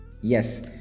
Yes